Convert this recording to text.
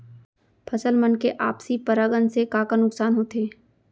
फसल मन के आपसी परागण से का का नुकसान होथे?